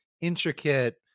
intricate